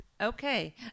Okay